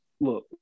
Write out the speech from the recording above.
Look